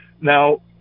Now